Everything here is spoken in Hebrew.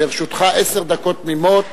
לרשותך עשר דקות תמימות